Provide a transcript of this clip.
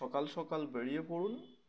সকাল সকাল বেরিয়ে পড়ুন